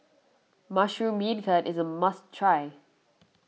Mushroom Beancurd is a must try